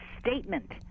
statement